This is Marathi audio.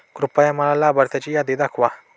कृपया मला लाभार्थ्यांची यादी दाखवा